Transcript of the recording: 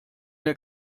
der